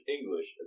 English